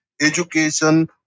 education